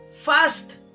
first